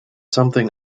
something